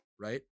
right